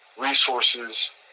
resources